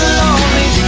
lonely